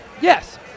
Yes